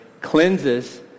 cleanses